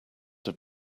have